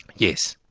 yes.